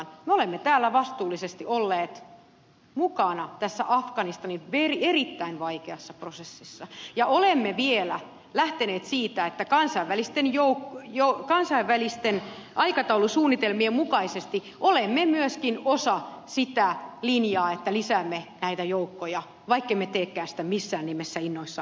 me olemme täällä vastuullisesti olleet mukana tässä afganistanin erittäin vaikeassa prosessissa ja olemme vielä lähteneet siitä että kansainvälisten aikataulusuunnitelmien mukaisesti olemme myöskin osa sitä linjaa että lisäämme näitä joukkoja vaikkemme teekään sitä missään nimessä innoissamme